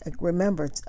Remember